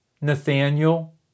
Nathaniel